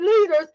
leaders